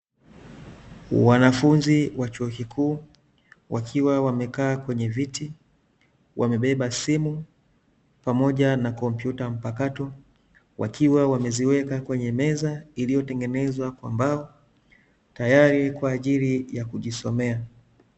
Wanafunzi wa chuo kikuu, wakiwa wamekaa kwenye viti, wamebeba simu, pamoja na kumpyuta mpakato, wakiwa wameziweka kwenye meza iliotengenezwa kwa mbao, tayari kwaajili ya kujisomea.